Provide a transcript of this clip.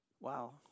wow